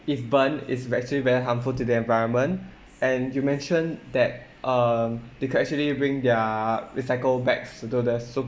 if burnt is ve~ actually very harmful to the environment and you mentioned that um they could actually bring their recycle bags to do the